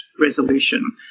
resolution